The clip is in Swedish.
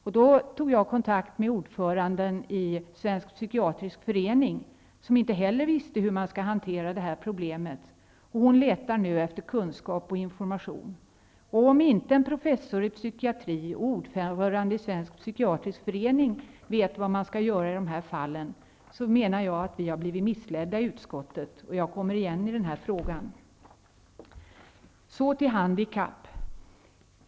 Jag tog då kontakt med ordföranden i Svensk Psykiatrisk Förening, som inte heller visste hur man skulle hantera detta problem. Hon letar nu efter kunskap och information. Om inte en professor i psykiatri och ordförande i Svensk Psykiatrisk Förening vet vad man skall göra i de här fallen, menar jag att vi har blivit missledda i utskottet. Jag kommer igen i frågan. Vidare till handikapp.